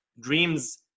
Dreams